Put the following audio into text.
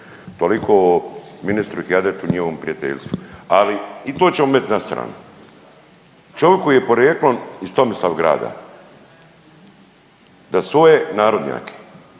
Toliko o ministru Hijadetu i njiovom prijateljstvu. Ali i to ćemo metnut na stranu. Čovik koji je porijeklom iz Tomislavgrada da svoje narodnjake